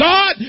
God